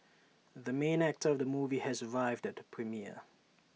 the main actor of the movie has arrived at the premiere